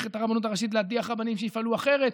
את הרבנות הראשית להדיח רבנים שיפעלו אחרת,